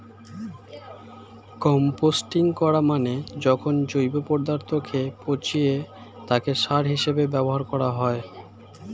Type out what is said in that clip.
composting করা মানে যখন জৈব পদার্থকে পচিয়ে তাকে সার হিসেবে ব্যবহার করা হয়